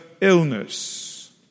illness